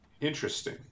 Interesting